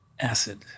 Acid